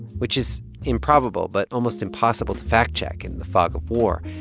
which is improbable but almost impossible to fact-check in the fog of war.